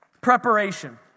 Preparation